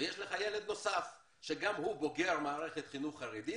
ויש לך ילד נוסף שגם הוא בוגר מערכת חינוך חרדית